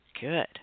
Good